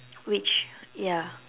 which ya